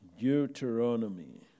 Deuteronomy